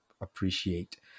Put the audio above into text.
appreciate